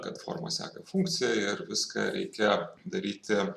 kad forma seka funkciją ir viską reikia daryti